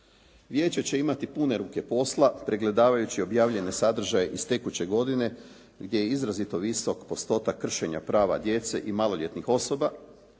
Vijeće će imati pune ruke posla pregledavajući objavljene sadržaje iz tekuće godine gdje je izrazito visok postotak kršenja prava djece i maloljetnih osoba.